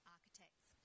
Architects